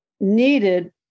needed